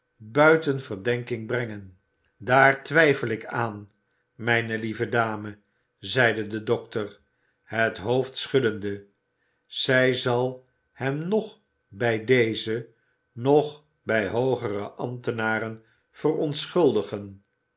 verdenking brengen daar twijfel ik aan mijne lieve dame zeide de dokter het hoofd schuddende zij zal hem noch bij deze noch bij hoogere ambtenaren verontschuldigen